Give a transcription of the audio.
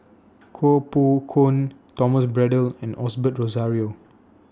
Koh Poh Koon Thomas Braddell and Osbert Rozario